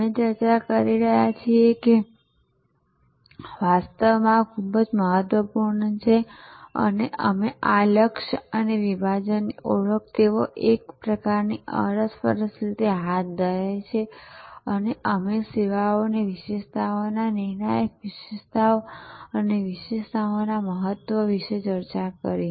અને અમે ચર્ચા કરીએ છીએ કે વાસ્તવમાં આ ખૂબ જ મહત્વપૂર્ણ છે અને આ લક્ષ અને વિભાજનની ઓળખ તેઓ એક પ્રકારની અરસપરસ રીતે હાથ ધરે છે અને અમે સેવા વિશેષતાઓ નિર્ણાયક વિશેષતાઓ અને વિશેષતાઓના મહત્વ વિશે ચર્ચા કરી